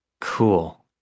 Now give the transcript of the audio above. Cool